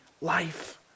life